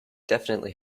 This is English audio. definitely